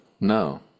no